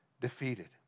defeated